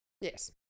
Yes